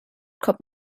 kommt